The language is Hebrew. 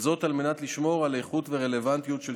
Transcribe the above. וזאת על מנת לשמור על איכות ורלוונטיות של